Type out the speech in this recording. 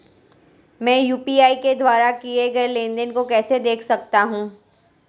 मैं यू.पी.आई के द्वारा किए गए लेनदेन को कैसे देख सकता हूं?